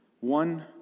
One